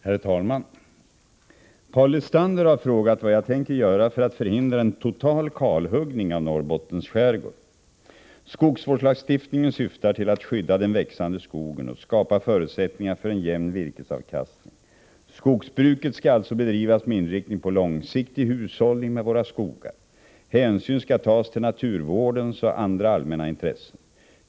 Herr talman! Paul Lestander har frågat mig vad jag tänker göra för att förhindra en total kalhuggning av Norrbottens skärgård. Skogsvårdslagstiftningen syftar till att skydda den växande skogen och skapa förutsättningar för en jämn virkesavkastning. Skogsbruket skall alltså bedrivas med inriktning på långsiktig hushållning med våra skogar. Hänsyn skall tas till naturvårdens och andra allmänna intressen.